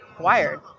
wired